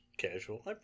Casual